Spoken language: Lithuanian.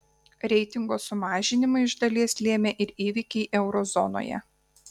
reitingo sumažinimą iš dalies lėmė ir įvykiai euro zonoje